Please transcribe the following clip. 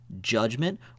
Judgment